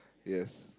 yes